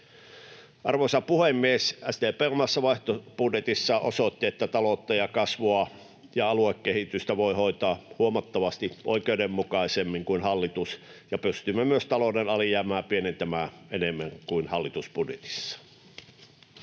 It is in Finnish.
Arvoisa puhemies! SDP omassa vaihtoehtobudjetissaan osoitti, että taloutta ja kasvua ja aluekehitystä voi hoitaa huomattavasti oikeudenmukaisemmin kuin hallitus tekee, ja pystyimme myös talouden alijäämää pienentämään enemmän kuin hallitus budjetissaan.